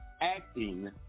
acting